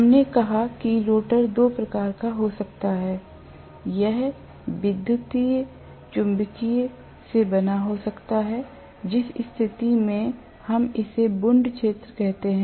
हमने कहा कि रोटर दो प्रकार का हो सकता है यह विद्युत चुम्बकीय से बना हो सकता है जिस स्थिति में हम इसे वुन्ड क्षेत्र कहते हैं